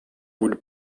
would